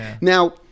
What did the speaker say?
Now